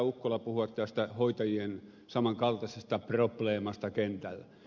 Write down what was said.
ukkola puhua tästä hoitajien samankaltaisesta probleemasta kentällä